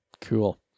Cool